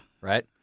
Right